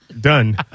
Done